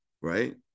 right